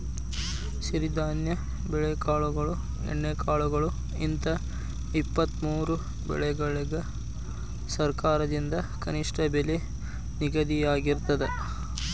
ಸಿರಿಧಾನ್ಯ ಬೆಳೆಕಾಳುಗಳು ಎಣ್ಣೆಕಾಳುಗಳು ಹಿಂತ ಇಪ್ಪತ್ತಮೂರು ಬೆಳಿಗಳಿಗ ಸರಕಾರದಿಂದ ಕನಿಷ್ಠ ಬೆಲೆ ನಿಗದಿಯಾಗಿರ್ತದ